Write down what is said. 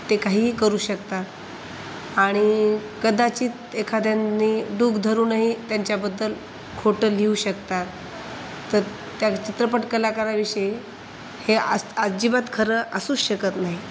ते काहीही करू शकतात आणि कदाचित एखाद्याने डूख धरूनही त्यांच्याबद्दल खोटं लिहू शकतात तर त्या चित्रपट कलाकाराविषयी हे आज अजिबात खरं असूच शकत नाही